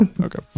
okay